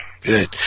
Good